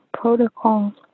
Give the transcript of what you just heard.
protocol